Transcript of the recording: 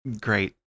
great